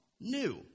new